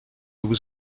vous